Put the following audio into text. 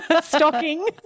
stocking